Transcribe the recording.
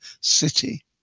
City